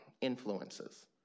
influences